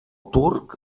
turc